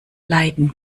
leiden